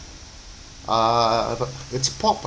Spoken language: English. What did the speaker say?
uh but it's pop ah